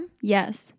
Yes